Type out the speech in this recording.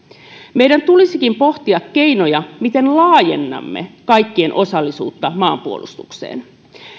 meidän tulisikin pohtia keinoja miten laajennamme kaikkien osallisuutta maanpuolustukseen